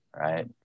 right